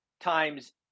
times